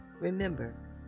Remember